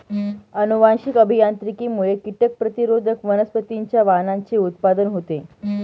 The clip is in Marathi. अनुवांशिक अभियांत्रिकीमुळे कीटक प्रतिरोधक वनस्पतींच्या वाणांचे उत्पादन होते